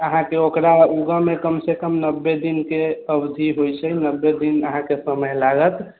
अहाँकेँ ओकरा उगऽमे कमसँ कम नबे दिनके अवधि होइत छै नबे दिन अहाँकेँ समय लागत